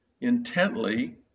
intently